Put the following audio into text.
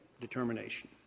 determination